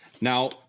Now